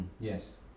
Yes